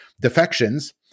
defections